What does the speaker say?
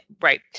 right